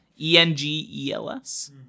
E-N-G-E-L-S